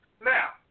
Now